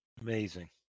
amazing